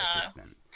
assistant